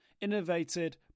Innovated